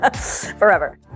forever